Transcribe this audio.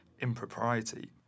impropriety